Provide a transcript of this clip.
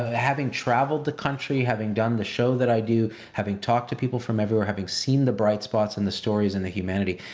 ah having traveled the country, having done the show that i do, having talked to people from everywhere, having seen the bright spots and the stories and the humanity,